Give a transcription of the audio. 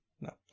no